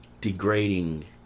degrading